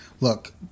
Look